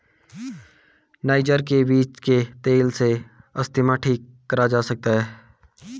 niger के बीज के तेल से अस्थमा ठीक करा जा सकता है